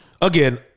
Again